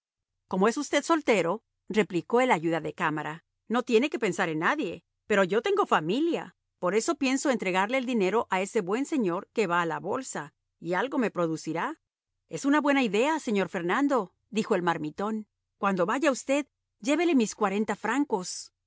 como es usted soltero replico el ayuda de cámara no tiene que pensar en nadie pero yo tengo familia por eso pienso entregarle el dinero a ese buen señor que va a la bolsa y algo me producirá es una buena idea señor fernando dijo el marmitón cuando vaya usted llévele mis cuarenta francos